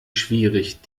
schwierig